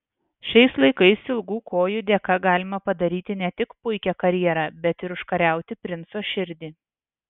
šiais laikais ilgų kojų dėka galima padaryti ne tik puikią karjerą bet ir užkariauti princo širdį